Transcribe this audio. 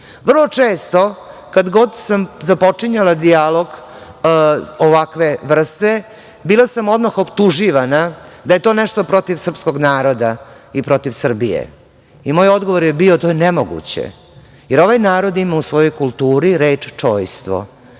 nas. Vrlo često kad god sam započinjala dijalog ovakve vrste bila sam odmah optuživana da je to nešto protiv srpskog naroda i protiv Srbije i moj odgovor je bio to je nemoguće, jer ovaj narod ima u svojoj kulturi reč čojstvo,